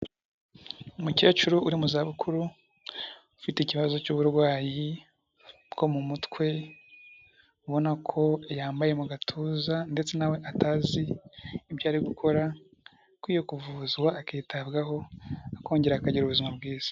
Umukecuru uri mu za bukuru ufite ikibazo cy'uburwayi bwo mu mutwe, ubona ko yambaye mu gatuza ndetse nawe atazi ibyo ari gukora akwiye kuvuzwa ubu akitabwaho akongera akagira ubuzima bwiza.